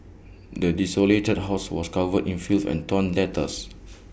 the desolated house was covered in filth and torn letters